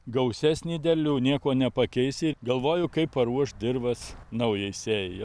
gausesnį derlių nieko nepakeisi galvoju kaip paruošt dirvas naujai sėjai